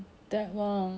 after that I stop